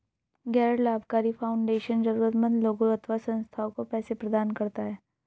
गैर लाभकारी फाउंडेशन जरूरतमन्द लोगों अथवा संस्थाओं को पैसे प्रदान करता है